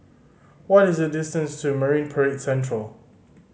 what is the distance to Marine Parade Central